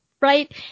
right